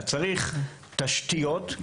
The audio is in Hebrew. צריך תשתיות.